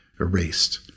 erased